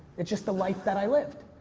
it's just the life that i lived.